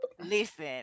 listen